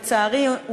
לצערי,